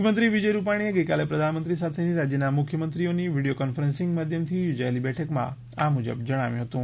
મુખ્યમંત્રી વિજય રૂપાણીએ ગઇકાલે પ્રધાનમંત્રી સાથેની રાજ્યના મુખ્યમંત્રીઓની વિડિયો કોન્ફરન્સીંગ માધ્યમથી યોજાયેલી બેઠકમાં આ મુજબ જણાવ્યુ હતું